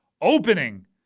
opening